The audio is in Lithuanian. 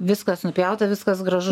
viskas nupjauta viskas gražu